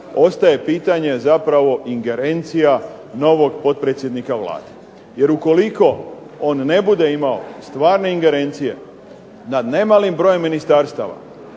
ostaje pitanje zapravo ingerencija novog potpredsjednika Vlade. Jer ukoliko on ne bude imao stvarne ingerencije nad ne malim brojem ministarstava